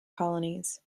colonies